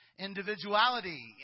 individuality